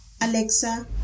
Alexa